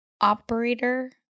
operator